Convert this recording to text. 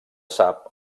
sap